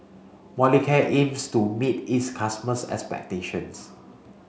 Molicare aims to meet its customers' expectations